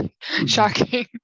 Shocking